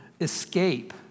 escape